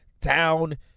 down